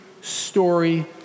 story